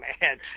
man